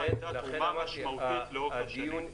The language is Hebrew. הייתה תרומה משמעותית לאורך השנים.